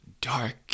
Dark